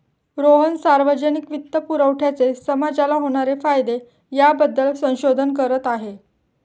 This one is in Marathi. रोहन सार्वजनिक वित्तपुरवठ्याचे समाजाला होणारे फायदे याबद्दल संशोधन करीत आहे